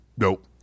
Nope